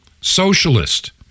socialist